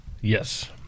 yes